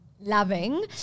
loving